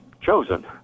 chosen